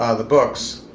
ah the books.